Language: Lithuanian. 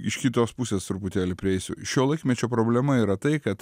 iš kitos pusės truputėlį prieisiu šio laikmečio problema yra tai kad